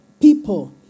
people